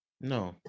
No